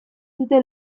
dute